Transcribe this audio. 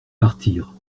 partir